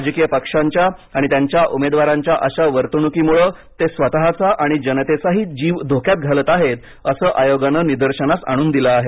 राजकीय पक्षांच्या आणि त्यांच्या उमेदवारांच्या अशा वर्तणुकीमुळं ते स्वतचा आणि जनतेचाही जीव धोक्यात घालत आहेत असं आयोगानं निदर्शनास आणून दिलं आहे